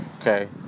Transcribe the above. Okay